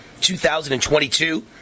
2022